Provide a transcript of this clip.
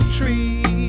tree